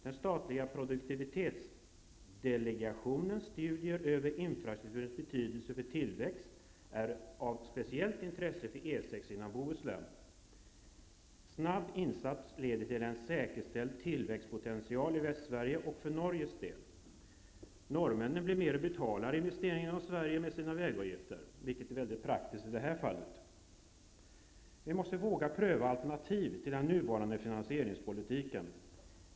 Den statliga produktivitetsdelegationens studier över infrastrukturens betydelse för tillväxten är av speciellt intresse för E 6 genom Bohuslän. Snabb insats leder till en säkerställd tillväxtpotential i Västsverige och även i Norge. Norrmännen blir med och betalar investeringen i Sverige med sina vägavgifter, vilket är mycket praktiskt i detta fall. Vi måste våga pröva alternativ till den nuvarande finansieringspolitiken.